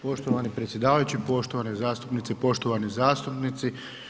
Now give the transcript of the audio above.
Poštovani predsjedavajući, poštovani zastupnice i poštovani zastupnici.